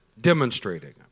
demonstrating